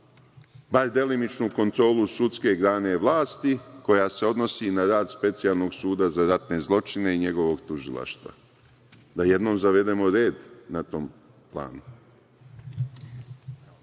bar delimičnu kontrolu sudske grane vlasti koja se odnosi i na rad Specijalnog suda za ratne zločine i njegovog tužilaštva. Da jednom zavedemo red na tom planu.